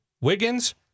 Wiggins